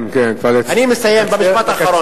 אני מסיים במשפט אחרון.